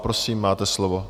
Prosím, máte slovo.